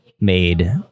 made